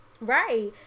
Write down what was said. Right